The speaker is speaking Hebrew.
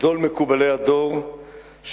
גדול מקובלי הדור,